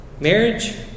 Marriage